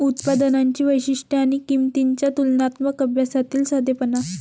उत्पादनांची वैशिष्ट्ये आणि किंमतींच्या तुलनात्मक अभ्यासातील साधेपणा